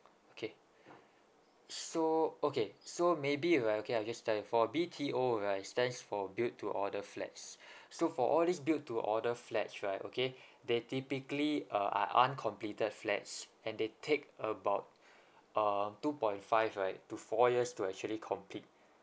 okay so okay so maybe right okay I'll just tell you for B_T_O right stands for build to order flats so for all these build to order flats right okay they typically uh are uncompleted flats and they take about uh two point five right to four years to actually complete